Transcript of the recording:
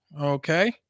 Okay